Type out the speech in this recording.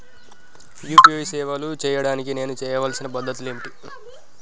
UPI సేవలు చేయడానికి నేను చేయవలసిన పద్ధతులు ఏమిటి?